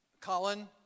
Colin